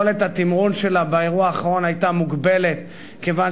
יכולת התמרון שלה באירוע האחרון היתה מוגבלת כיוון